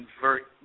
convert